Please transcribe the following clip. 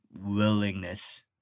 willingness